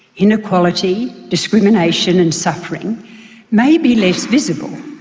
inequality, discrimination and suffering maybe less visible,